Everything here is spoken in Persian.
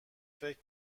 فکر